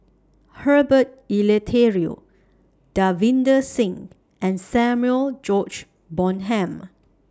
Herbert Eleuterio Davinder Singh and Samuel George Bonham